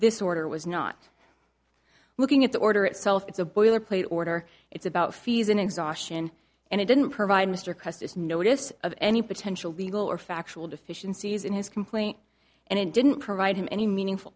this order was not looking at the order itself it's a boilerplate order it's about fees and exhaustion and it didn't provide mr custis notice of any potential legal or factual deficiencies in his complaint and it didn't provide him any meaningful